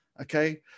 okay